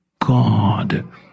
God